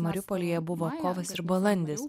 mariupolyje buvo kovas ir balandis